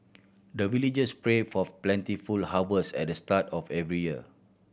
the villagers pray for plentiful harvest at the start of every year